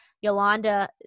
Yolanda